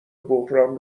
بحران